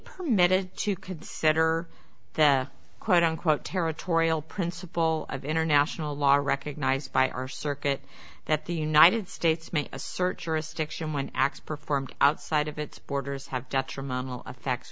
permitted to consider that quote unquote territorial principle of international law recognized by our circuit that the united states may assert surest fiction when acts performed outside of its borders have detrimental effect